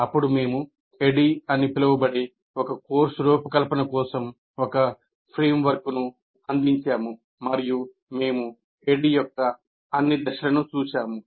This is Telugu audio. అప్పుడు మేము ADDIE అని పిలువబడే ఒక కోర్సు రూపకల్పన కోసం ఒక ఫ్రేమ్వర్క్ను అందించాము మరియు మేము ADDIE యొక్క అన్ని దశలను చూశాము